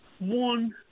one